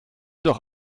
doch